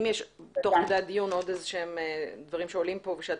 אם תוך כדי הדיון יהיו עוד דברים שעולים ושאת